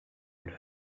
would